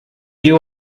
you